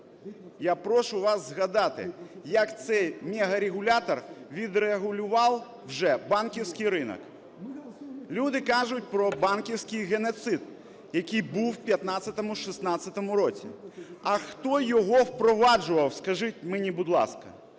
Я прошу вас згадати, як цей мегарегулятор відрегулював вже банківський ринок. Люди кажуть про банківський геноцид, який був в 2015, 2016 році. А хто його впроваджував, скажіть мені, будь ласка.